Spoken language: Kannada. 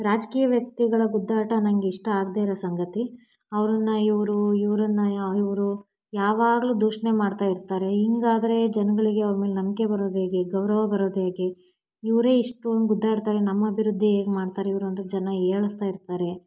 ರಾಜಕೀಯ ವ್ಯಕ್ತಿಗಳ ಗುದ್ದಾಟ ನನಗೆ ಇಷ್ಟ ಆಗದೆ ಇರೋ ಸಂಗತಿ ಅವರನ್ನ ಇವರು ಇವರನ್ನ ಇವರು ಯಾವಾಗಲೂ ದೂಷಣೆ ಮಾಡ್ತಾ ಇರ್ತಾರೆ ಹಿಂಗಾದ್ರೆ ಜನಗಳಿಗೆ ಅವ್ರ ಮೇಲೆ ನಂಬಿಕೆ ಬರೋದು ಹೇಗೆ ಗೌರವ ಬರೋದು ಹೇಗೆ ಇವರೇ ಇಷ್ಟೊಂದು ಗುದ್ದಾಡ್ತಾರೆ ನಮ್ಮ ಅಭಿವೃದ್ಧಿ ಹೇಗ್ ಮಾಡ್ತಾರೆ ಇವರು ಅಂತ ಜನ ಹೀಯಾಳ್ಸ್ತಾ ಇರ್ತಾರೆ